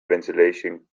ventilation